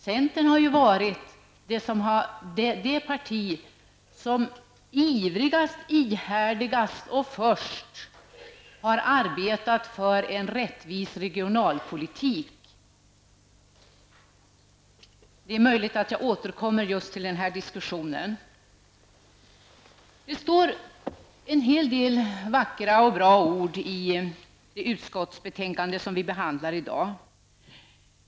Centern har varit det parti som ivrigast, ihärdigast och först har arbetat för en rättvis regionalpolitik. Det är möjligt att jag återkommer till detta under diskussionen. Det står en hel del vackra och bra ord i det betänkande som vi nu behandlar.